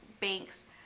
Banks